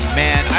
man